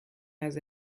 has